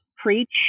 Preach